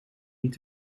niet